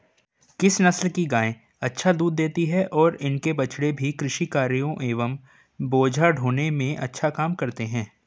किस नस्ल की गायें अधिक दूध देती हैं और इनके बछड़े भी कृषि कार्यों एवं बोझा ढोने में अच्छा काम करते हैं?